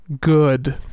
good